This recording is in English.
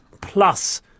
plus